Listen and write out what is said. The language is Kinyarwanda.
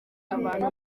abantu